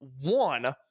one